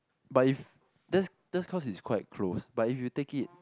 but if that's that's cause is quite close but if you take it